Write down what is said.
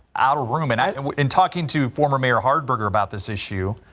our room at night and in talking to former mayor hardberger about this issue.